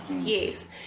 Yes